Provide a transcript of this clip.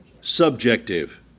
subjective